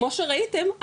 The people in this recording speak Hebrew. כמו שראיתם,